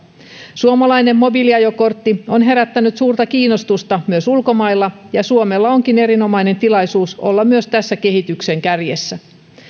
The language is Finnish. suomalainen mobiiliajokortti on herättänyt suurta kiinnostusta myös ulkomailla ja suomella onkin erinomainen tilaisuus olla myös tässä kehityksen kärjessä